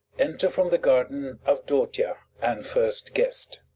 enter from the garden avdotia and first guest.